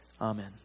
Amen